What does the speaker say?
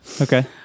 Okay